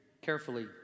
carefully